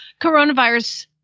coronavirus